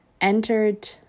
entered